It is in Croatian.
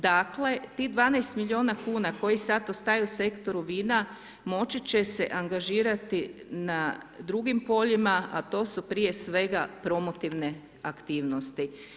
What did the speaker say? Dakle tih 12 milijuna kuna koji sada ostaju sektoru vina moći će se angažirati na drugim poljima a to su prije svega promotivne aktivnosti.